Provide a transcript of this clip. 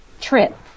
Trip